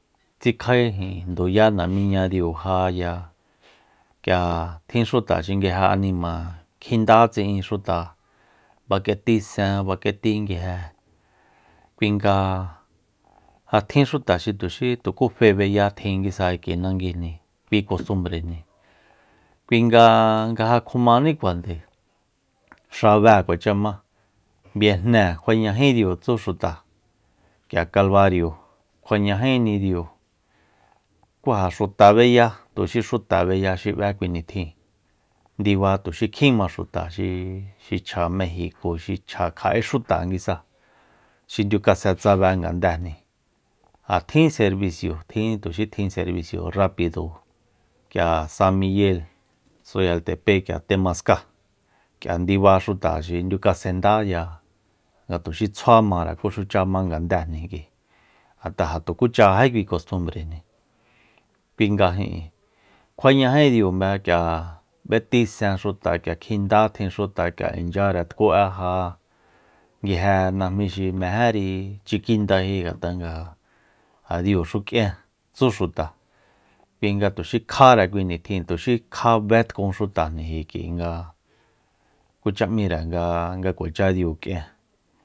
Tsikjae ijin nduya namíñadiu jaya k'ia tjin xuta xi nguije anima'e kjinda tsi'in xuta fa k'eti sen fa k'eti nguije kui nga ja tjin xuta xi tuxí tuku fé beya tjin nguisa k'ui nanguijni kui kostumnbrejni kui nga ngaja kjumaní jande xabée kuacha ma viejnée kjuañají diu tsu xuta k'ia kalbario kjuañajínidiu ku ja xuta beya tuxí xuta beya xi b'é kui nitjin ndiba tuxi kjinma xuta xi chja mejiko xi chja kja'e xuta nguisa xi nduikase tsabe ngadejni ja tjin serbicio tjin tuxi tjin serbicio rapido k'ia san miguel soyaltepe k'ia temaska k'ia ndiba xuta xi ndiukasendáya nga tuxi tsjua mare kuxucha ma ngandejni kik'ui ngat'a ja tukú chajají kostumbrejni kui nga ijin kjuañají diumbe k'ia b'eti sen xuta k'ia kjinda tjin xuta k'ia inchyare tku'eja nguije najmí xi mejéri chikjindaeji ngat'a nga ja- ja diuxu k'ien tsú xuta kui nga tuxí kjáre kui nitjin tuxi kja betkun xutajni k'ui k'ui nga kucha míre nga- nga kuacha diu k'ien